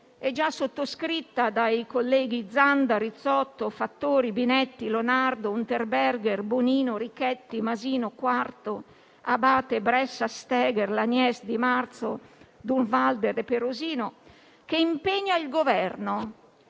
e già sottoscritta dai colleghi Zanda, Rizzotti, Fattori, Binetti, Lonardo, Unterberger, Bonino, Richetti, Masini, Quarto, Abate, Bressa, Steger, Laniece, Di Marzio, Durnwalder e Perosino. Questo ordine del giorno